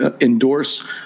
endorse